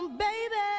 baby